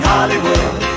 Hollywood